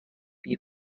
wie